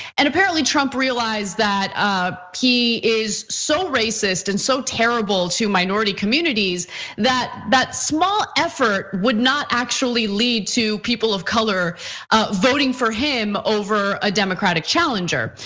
and apparently trump realized that ah he is so racist and so terrible to minority communities that that small effort not actually lead to people of color voting for him over a democratic challenger.